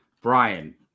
Brian